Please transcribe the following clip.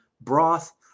broth